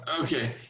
Okay